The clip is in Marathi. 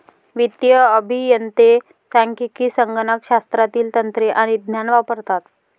वित्तीय अभियंते सांख्यिकी, संगणक शास्त्रातील तंत्रे आणि ज्ञान वापरतात